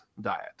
diet